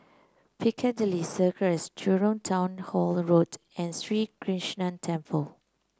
Piccadilly Circus Jurong Town Hall Road and Sri Krishnan Temple